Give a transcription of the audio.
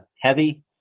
heavy